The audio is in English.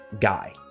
guy